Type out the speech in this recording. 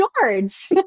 George